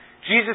Jesus